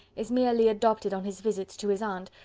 is merely adopted on his visits to his aunt,